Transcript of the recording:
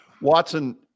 Watson